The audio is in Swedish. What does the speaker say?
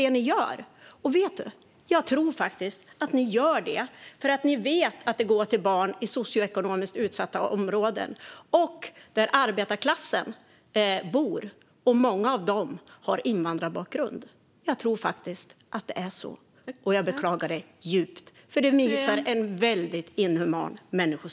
Vet du, jag tror att ni gör det för att ni vet att det går till barn i socioekonomiskt utsatta områden, där också arbetarklassen bor. Många av dem har invandrarbakgrund. Jag tror att det ligger till så, och jag beklagar det djupt. Det visar en väldigt inhuman människosyn.